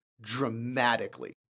dramatically